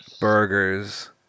burgers